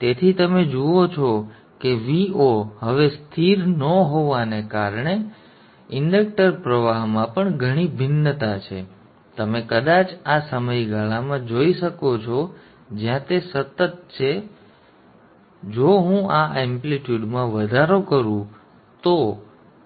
તેથી તમે જુઓ છો કે Vo હવે સ્થિર ન હોવાને કારણે તમે જુઓ છો કે ઇન્ડક્ટ પ્રવાહમાં પણ ઘણી ભિન્નતા છે પરંતુ તમે કદાચ આ સમયગાળામાં જોઈ શકો છો જ્યાં તે સતત છે તે તે હશે જો હું એમ્પ્લિટ્યૂડ માં વધારો કરું તો